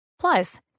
Plus